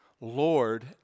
Lord